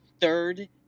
third